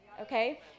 okay